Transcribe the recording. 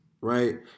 right